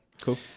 Cool